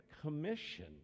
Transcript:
commission